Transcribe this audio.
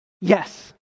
Yes